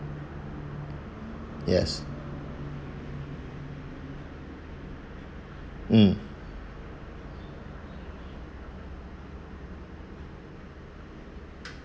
yes mm